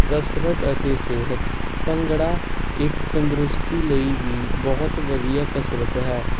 ਕਸਰਤ ਅਤੇ ਸਿਹਤ ਭੰਗੜਾ ਇੱਕ ਤੰਦਰੁਸਤੀ ਲਈ ਵੀ ਬਹੁਤ ਵਧੀਆ ਕਸਰਤ ਹੈ